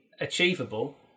achievable